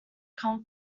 comes